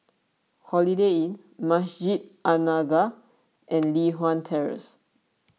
Holiday Inn Masjid An Nahdhah and Li Hwan Terrace